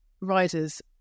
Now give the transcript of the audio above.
riders